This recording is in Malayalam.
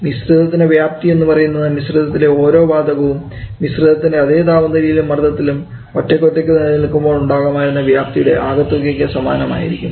മിശ്രിതത്തിൻറെ വ്യാപ്തി എന്ന് പറയുന്നത് മിശ്രിതത്തിലെ ഓരോ വാതകവും മിശ്രിതത്തിൻറെ അതേ താപനിലയിലും മർദ്ദത്തിലും ഒറ്റയ്ക്കൊറ്റയ്ക്ക് നിൽക്കുമ്പോൾ ഉണ്ടാകുമായിരുന്ന വ്യാപ്തിയുടെ ആകെത്തുകയ്ക്ക് സമാനമായിരിക്കും